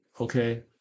Okay